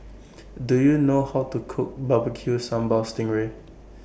Do YOU know How to Cook Barbecue Sambal Sting Ray